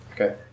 Okay